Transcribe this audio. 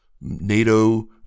NATO-